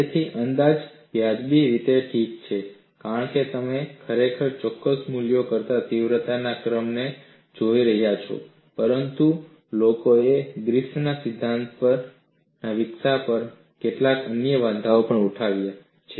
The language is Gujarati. તેથી અંદાજ વ્યાજબી રીતે ઠીક છે કારણ કે તમે ખરેખર ચોક્કસ મૂલ્યો કરતાં તીવ્રતાના ક્રમને જોઈ રહ્યા છો પરંતુ લોકોએ ગ્રિફિથના સિદ્ધાંતના વિકાસ પર કેટલાક અન્ય વાંધા પણ ઉઠાવ્યા છે